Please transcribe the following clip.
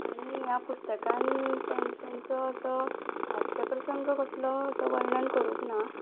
आनी ह्या पुस्तकान तें तेंचो असो हास्य प्रसंग कसलो असो वर्णन करूंक ना